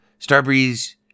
Starbreeze